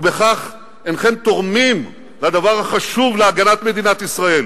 ובכך אינכם תורמים לדבר החשוב, להגנת מדינת ישראל.